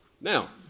Now